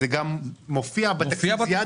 זה גם מופיע בתקציב.